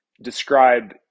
describe